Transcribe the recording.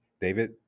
david